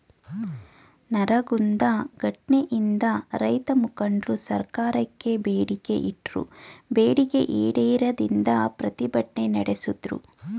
ನರಗುಂದ ಘಟ್ನೆಯಿಂದ ರೈತಮುಖಂಡ್ರು ಸರ್ಕಾರಕ್ಕೆ ಬೇಡಿಕೆ ಇಟ್ರು ಬೇಡಿಕೆ ಈಡೇರದಿಂದ ಪ್ರತಿಭಟ್ನೆ ನಡ್ಸುದ್ರು